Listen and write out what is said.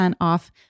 off